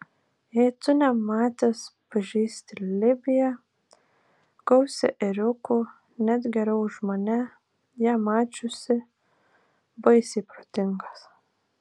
jei tu nematęs pažįsti libiją gausią ėriukų net geriau už mane ją mačiusį baisiai protingas